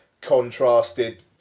contrasted